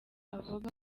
avuga